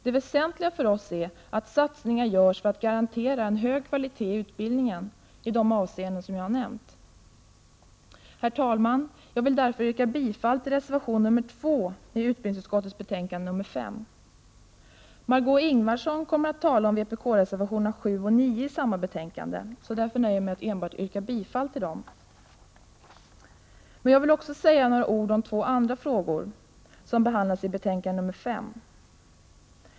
Det väsentliga är att satsningar görs för att garantera hög kvalitet i utbildningen i de avseenden som jag har nämnt. Herr talman! Jag vill därför yrka bifall till reservation nr 2 till utbildningsutskottets betänkande nr 5. Margö Ingvardsson kommer att tala om vpk-reservationerna 7 och 9 i samma betänkande, och därför nöjer jag mig med att enbart yrka bifall till dem. Jag vill också säga några ord om två andra frågor som behandlas i betänkande nr 5.